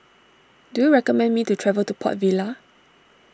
do you recommend me to travel to Port Vila